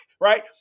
right